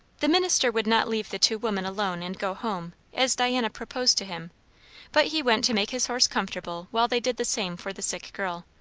the minister would not leave the two women alone and go home, as diana proposed to him but he went to make his horse comfortable while they did the same for the sick girl.